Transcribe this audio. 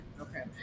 okay